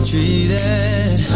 Treated